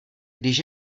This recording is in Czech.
když